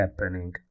happening